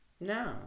No